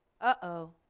uh-oh